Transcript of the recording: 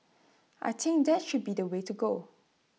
I think that should be the way to go